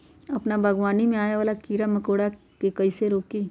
अपना बागवानी में आबे वाला किरा मकोरा के कईसे रोकी?